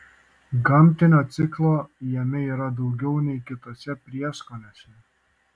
gamtinio cinko jame yra daugiau nei kituose prieskoniuose